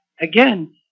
again